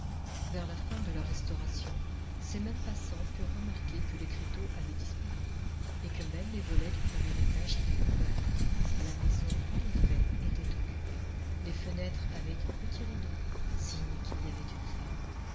vers la fin de la restauration ces mêmes passants purent remarquer que l'écriteau avait disparu et que même les volets du premier étage étaient ouverts la maison en effet était occupée les fenêtres avaient des petits rideaux signe qu'il y avait une femme